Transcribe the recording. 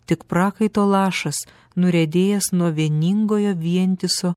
tik prakaito lašas nuriedėjęs nuo vieningojo vientiso